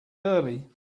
early